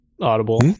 Audible